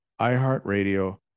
iHeartRadio